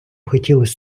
хотілося